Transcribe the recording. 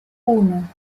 uno